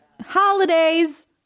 Holidays